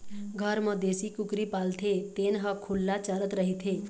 घर म देशी कुकरी पालथे तेन ह खुल्ला चरत रहिथे